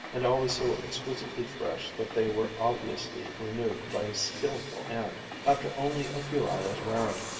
and always so exquisitely fresh that they were obviously renewed by a skilful hand after only a few hours' wearing.